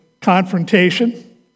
confrontation